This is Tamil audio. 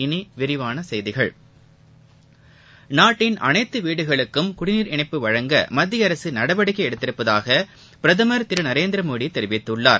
இனி விரிவான செய்திகள் நாட்டின் அனைத்து வீடுகளுக்கும் குடிநீர் இணைப்பு வழங்க மத்திய அரசு நடவடிக்கை எடுத்துள்ளதாக பிரதமர் திரு நரேந்திரமோட தெரிவித்துள்ளார்